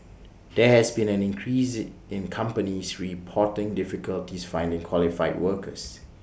there has been an increase in companies reporting difficulties finding qualified workers